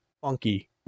funky